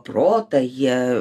protą jie